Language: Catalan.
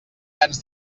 tants